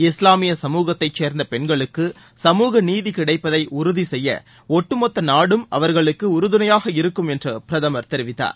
இஸ்லாமிய சமூகத்தை சேன்ந்த பெண்களுக்கு சமூகநீதி கிடைப்பதை உறுதிசெய்ய ஒட்டுமொத்த நாடும் அவர்களுக்கு உறுதுணையாக இருக்கும் என்று பிரதமர் தெரிவித்தார்